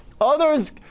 Others